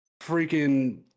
freaking